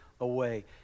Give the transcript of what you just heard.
away